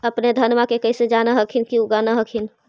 अपने धनमा के कैसे जान हखिन की उगा न हखिन?